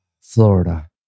Florida